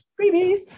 Freebies